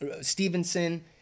Stevenson